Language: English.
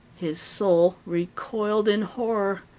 his soul recoiled in horror.